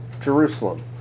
Jerusalem